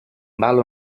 ballo